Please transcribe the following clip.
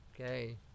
okay